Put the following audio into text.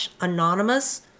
anonymous